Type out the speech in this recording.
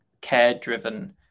care-driven